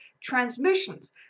transmissions